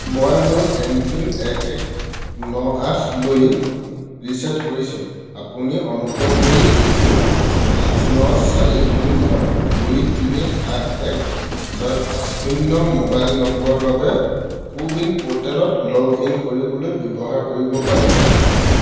মই মোৰ M PIN এক এক ন আঠলৈ ৰিচেট কৰিছো্ঁ আপুনি অনুগ্ৰহ কৰি এইটো আঠ ন চাৰি শূন্য দুই তিনি আঠ এক ছয় পাঁচ শূন্য ম'বাইল নম্বৰৰ বাবে কো ৱিন প'ৰ্টেলত লগ ইন কৰিবলৈ ব্যৱহাৰ কৰিব পাৰিবনে